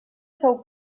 seu